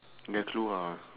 dah keluar